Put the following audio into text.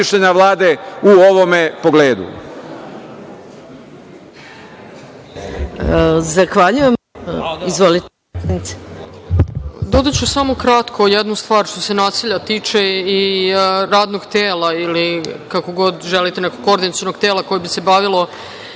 Vlade u ovom pogledu?